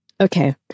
Okay